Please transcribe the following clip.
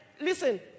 Listen